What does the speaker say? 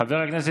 חמד עמאר,